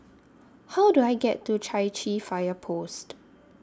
How Do I get to Chai Chee Fire Post